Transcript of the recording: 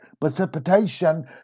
precipitation